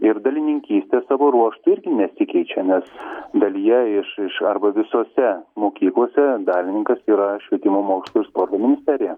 ir dalininkystė savo ruožtu irgi nesikeičia nes dalyje iš iš arba visose mokyklose dalininkas yra švietimo mokslo ir sporto ministerija